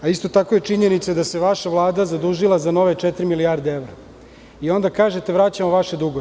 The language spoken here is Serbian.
Isto tako je činjenica da se vaša Vlada zadužila za nove četiri milijarde evra i onda kažete – vraćamo vaše dugove.